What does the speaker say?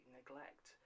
neglect